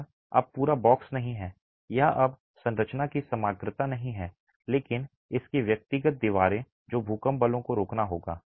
यह अब पूरा बॉक्स नहीं है यह अब संरचना की समग्रता नहीं है लेकिन इसकी व्यक्तिगत दीवारें जो भूकंप बलों को रोकना होगा